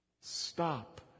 stop